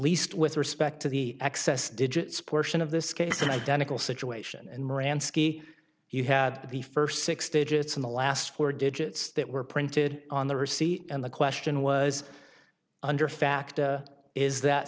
least with respect to the access digits portion of this case an identical situation and moran skee you had the first six digits in the last four digits that were printed on the receipt and the question was under fact is that